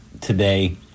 today